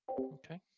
Okay